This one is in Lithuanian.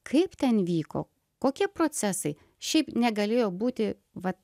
kaip ten vyko kokie procesai šiaip negalėjo būti va